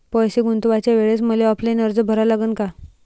पैसे गुंतवाच्या वेळेसं मले ऑफलाईन अर्ज भरा लागन का?